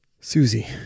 Susie